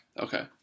Okay